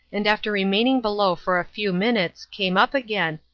and after remaining below for a few minutes came up again,